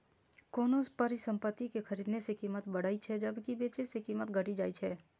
कोनो परिसंपत्ति कें खरीदने सं कीमत बढ़ै छै, जबकि बेचै सं कीमत घटि जाइ छै